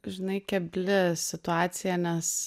žinai kebli situacija nes